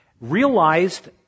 realized